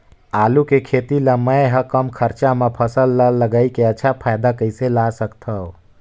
आलू के खेती ला मै ह कम खरचा मा फसल ला लगई के अच्छा फायदा कइसे ला सकथव?